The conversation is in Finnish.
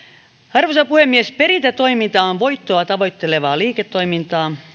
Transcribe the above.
arvoisa puhemies perintätoiminta on voittoa tavoittelevaa liiketoimintaa